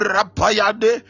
Rapayade